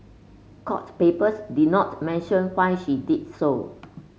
court papers did not mention why she did so